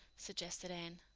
suggested anne.